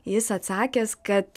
jis atsakęs kad